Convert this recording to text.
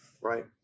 right